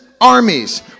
armies